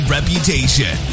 Reputation